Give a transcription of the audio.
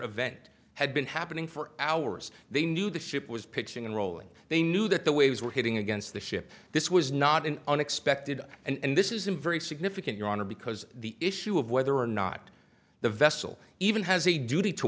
event had been happening for hours they knew the ship was pitching and rolling they knew that the waves were hitting against the ship this was not an unexpected and this isn't very significant your honor because the issue of whether or not the vessel even has a duty to